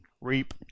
reap